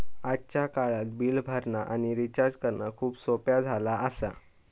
आजच्या काळात बिल भरणा आणि रिचार्ज करणा खूप सोप्प्या झाला आसा